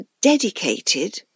Dedicated